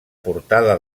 portada